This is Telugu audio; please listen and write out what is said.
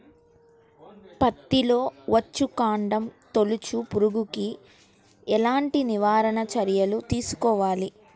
పత్తిలో వచ్చుకాండం తొలుచు పురుగుకి ఎలాంటి నివారణ చర్యలు తీసుకోవాలి?